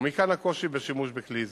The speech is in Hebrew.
ומכאן הקושי בשימוש בכלי זה.